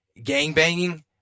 gangbanging